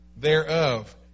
thereof